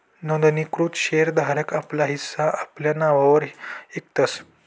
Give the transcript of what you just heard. नोंदणीकृत शेर धारक आपला हिस्सा आपला नाववर इकतस